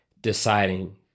deciding